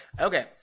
Okay